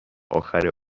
اخر